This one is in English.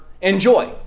enjoy